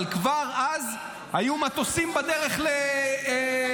אבל כבר אז היו מטוסים בדרך לתימן.